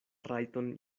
rajton